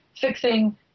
fixing